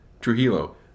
Trujillo